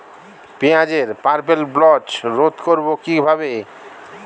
পেঁয়াজের purple blotch রোধ করবো কিভাবে?